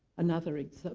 another example,